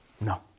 No